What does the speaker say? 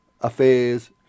affairs